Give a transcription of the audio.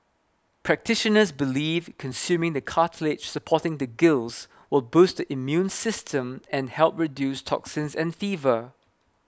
practitioners believe consuming the cartilage supporting the gills will boost the immune system and help reduce toxins and fever